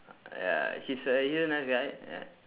ya he's a he's a nice guy